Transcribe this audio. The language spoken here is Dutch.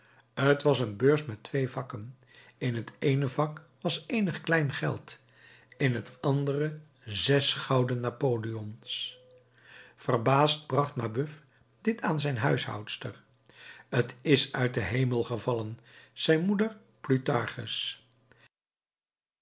t was een beurs met twee vakken in het eene vak was eenig klein geld in het andere zes gouden napoleons verbaasd bracht mabeuf dit aan zijn huishoudster t is uit den hemel gevallen zei moeder